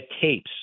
tapes